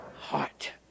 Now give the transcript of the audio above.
Heart